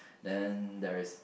then there is